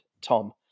Tom